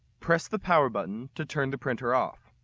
press the power button to turn the printer off.